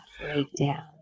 breakdown